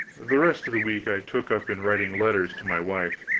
the rest of the week i took up in writing letters to my wife.